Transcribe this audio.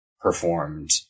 performed